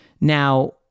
Now